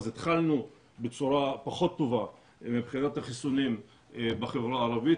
אז התחלנו בצורה פחות טובה מבחינת החיסונים בחברה הערבית,